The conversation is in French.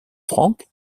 franck